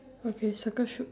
okay circle shoot